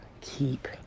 Keep